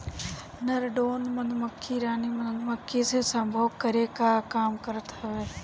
नर ड्रोन मधुमक्खी रानी मधुमक्खी से सम्भोग करे कअ काम करत हवे